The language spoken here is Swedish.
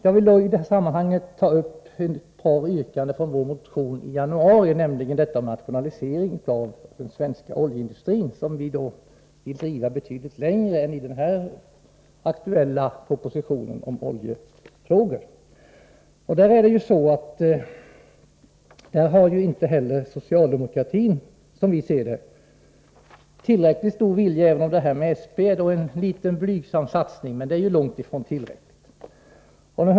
Jag vill i detta sammanhang ta upp ett par yrkanden från den motion vi skrev i januari om nationalisering av den svenska oljeindustrin. Det är ett krav som vi vill driva mycket längre än man gör i den aktuella propositionen om oljefrågor. I det fallet har inte heller socialdemokratin, som vi ser det, tillräckligt stark vilja, även om förslaget rörande SP är en liten blygsam satsning. Men det är långt ifrån tillräckligt.